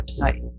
website